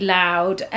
loud